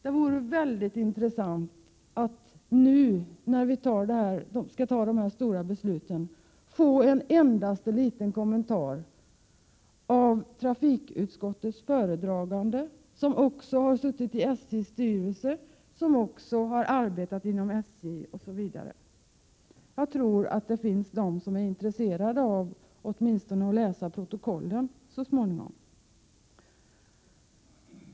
Det vore mycket intressant att nu, när riksdagen skall fatta dessa stora beslut, få en liten kommentar av trafikutskottets föredragande, som också har suttit i SJ:s styrelse och har arbetat inom SJ osv. Jag tror att det finns de som är intresserade av att åtminstone läsa protokollen så småningom.